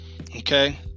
okay